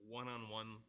one-on-one